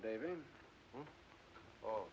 david or